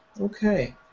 Okay